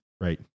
right